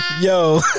yo